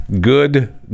Good